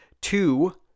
two